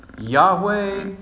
Yahweh